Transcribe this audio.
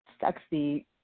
sexy